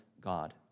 God